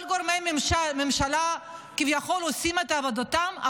כל גורמי הממשלה כביכול עושים את עבודתם,